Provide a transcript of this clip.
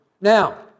Now